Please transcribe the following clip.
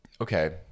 Okay